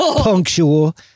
punctual